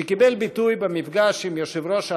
שקיבל ביטוי במפגש עם יושב-ראש הראדה,